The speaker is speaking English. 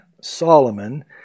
Solomon